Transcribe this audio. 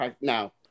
now